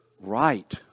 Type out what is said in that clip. right